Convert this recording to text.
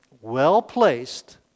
well-placed